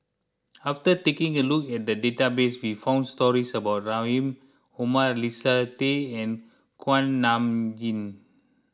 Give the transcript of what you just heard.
after taking a look at the database we found stories about Rahim Omar Leslie Tay and Kuak Nam Jin